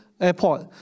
Airport